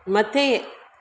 मथे